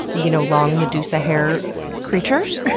you know long medusa-hair creatures?